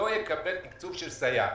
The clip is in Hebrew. לא יקבל תקצוב של סייעת.